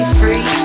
free